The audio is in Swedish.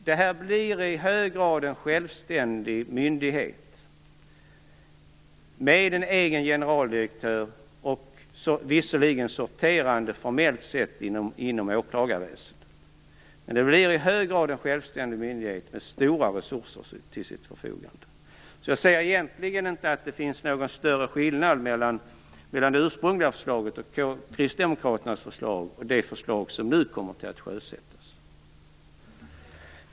Det är fråga om en i hög grad självständig myndighet med en egen generaldirektör, visserligen formellt sett sorterande inom åklagarväsendet, med stora resurser till sitt förfogande. Jag ser egentligen inte någon större skillnad mellan det ursprungliga förslaget, kristdemokraternas förslag och det förslag som nu kommer att sjösättas.